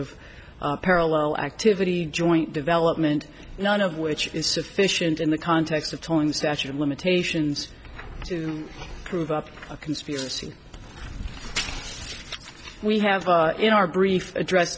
of parallel activity joint development none of which is sufficient in the context of tolling the statute of limitations to prove up a conspiracy we have in our brief address